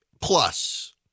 plus